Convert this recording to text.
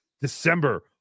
December